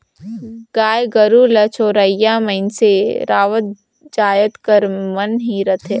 गाय गरू ल चरोइया मइनसे राउत जाएत कर मन ही रहथें